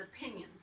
opinions